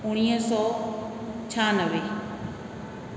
उणिवीह सौ छियानवे